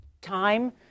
Time